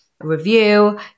review